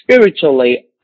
spiritually